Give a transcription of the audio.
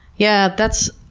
yeah, that's,